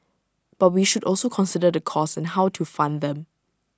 but we should also consider the costs and how to fund them